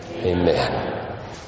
Amen